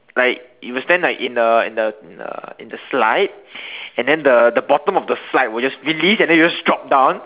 like you will stand like in a in a in the slide and then the the bottom of the slide will just release and you just drop down